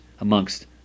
amongst